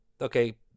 Okay